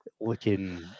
looking